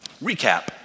Recap